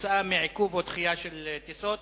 כתוצאה מעיכוב או דחייה של טיסות